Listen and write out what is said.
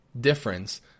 difference